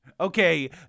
Okay